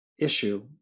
issue